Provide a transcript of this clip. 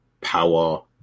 power